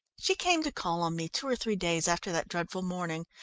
she came to call on me two or three days after that dreadful morning.